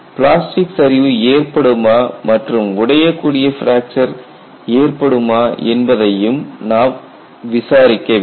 plastic சரிவு ஏற்படுமா மற்றும் உடையக்கூடிய பிராக்சர் ஏற்படுமா என்பதையும் நாம் விசாரிக்க வேண்டும்